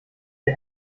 der